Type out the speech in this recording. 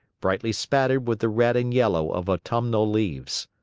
brightly spattered with the red and yellow of autumnal leaves.